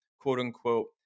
quote-unquote